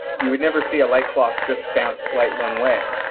you would never see a light clock just bounce light one way.